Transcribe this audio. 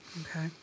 Okay